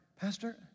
Pastor